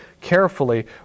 carefully